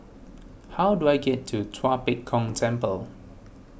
how do I get to Tua Pek Kong Temple